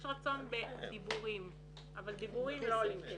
יש רצון בדיבורים אבל דיבורים לא עולים כסף.